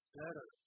better